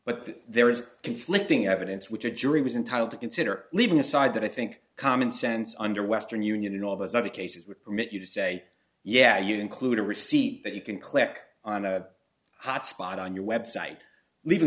but there was conflicting evidence which a jury was entitled to consider leaving aside that i think common sense under western union and all those other cases would permit you to say yeah you include a receipt that you can click on a hot spot on your web site leaving